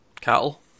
Cattle